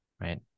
right